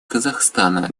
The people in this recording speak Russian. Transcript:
казахстана